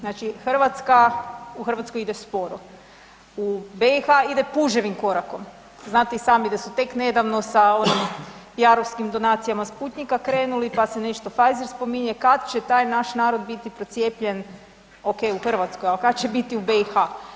Znači u Hrvatskoj ide sporo, u BiH ide puževim korakom, znate i sami da su tek nedavno sa onim Jarovskim donacijama Sputnjika krenuli pa se nešto Pfizer spominje, kad će taj naš narod bit procijepljen, ok u Hrvatskoj, ali kad će biti u BiH?